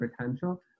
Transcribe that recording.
potential